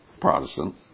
Protestant